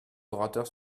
orateurs